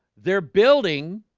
they're building